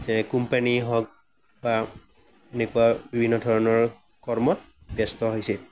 যে কোম্পানি হওক বা এনেকুৱা বিভিন্ন ধৰণৰ কৰ্মত ব্যস্ত হৈছে